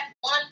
one